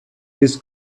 his